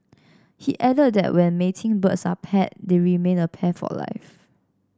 he added that when mating birds are paired they remain a pair for life